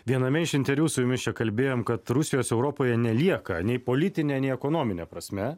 viename iš interviu su jumis čia kalbėjom kad rusijos europoje nelieka nei politine nei ekonomine prasme